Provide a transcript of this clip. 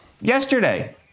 yesterday